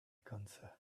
cancer